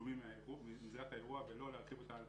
צילומים מזירת האירוע, ולא להרחיב אותה על